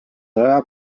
saja